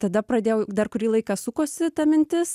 tada pradėjau dar kurį laiką sukosi ta mintis